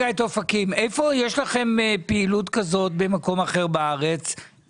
איפה יש לכם עוד פעילות כזאת במקום אחר בארץ?